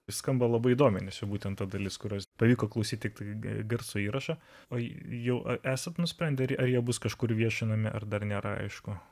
skamba labai duomenis būtent ta dalis kurios pavyko klausyti tiktai garso įrašą o jei jau esat nusprendę ar jie bus kažkur viešinami ar dar nėra aišku